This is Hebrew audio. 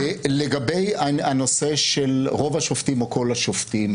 לגבי הנושא של רוב השופטים או כל השופטים